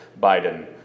Biden